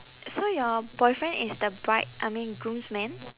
so your boyfriend is the bride I mean groomsman